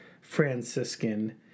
Franciscan